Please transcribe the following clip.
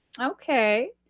Okay